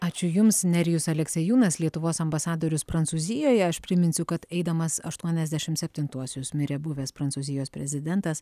ačiū jums nerijus aleksiejūnas lietuvos ambasadorius prancūzijoje aš priminsiu kad eidamas aštuoniasdešimt septintuosius mirė buvęs prancūzijos prezidentas